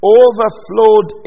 overflowed